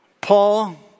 Paul